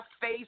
face